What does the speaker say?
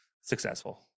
successful